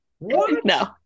No